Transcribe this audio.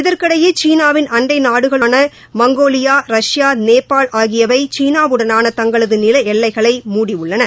இதனிடையே சீனாவின் அண்டை நாடுகளான மங்கோலியா ரஷ்யா நேபாள் ஆகியவை சீனாவுடனான தங்களது நில எல்லைகளை மூடியுள்ளன